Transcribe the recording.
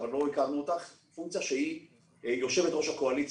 אבל לא הכרנו אותך שהיא יושבת-ראש הקואליציה.